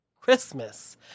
Christmas